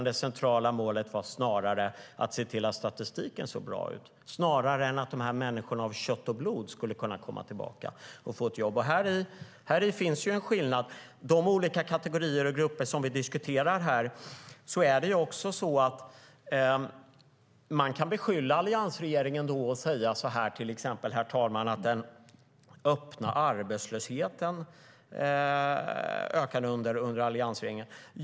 Det centrala målet var snarare att se till att statistiken såg bra ut, inte att människorna av kött och blod skulle kunna komma tillbaka och få ett jobb. Häri finns en skillnad. När det gäller de kategorier och grupper som vi diskuterar kan man beskylla alliansregeringen och säga att den öppna arbetslösheten ökade under alliansregeringen.